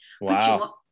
wow